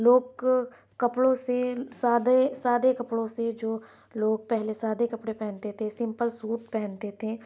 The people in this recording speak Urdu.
لوگ کپڑوں سے سادے سادے کپڑوں سے جو لوگ پہلے سادے کپڑے پہنتے تھے سیمپل سوٹ پہنتے تھے